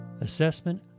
assessment